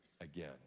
again